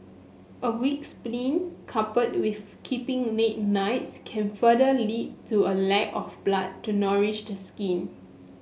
a weak spleen coupled with keeping late nights can further lead to a lack of blood to nourish the skin